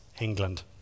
England